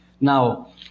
Now